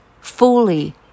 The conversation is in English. fully